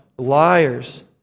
Liars